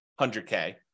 100K